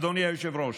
אדוני היושב-ראש.